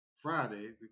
Friday